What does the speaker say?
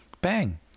bang